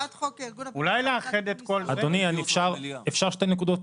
אדוני, אפשר שתי נקודות?